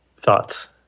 thoughts